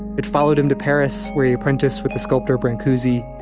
it followed him to paris where he apprenticed with the sculptor brancusi,